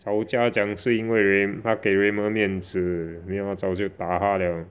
吵架讲是因为他给 Raymond 面子没有他早就打她 liao